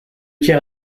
tiers